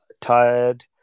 tired